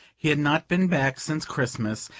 he had not been back since christmas,